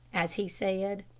as he said.